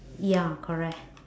ya correct